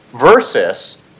versus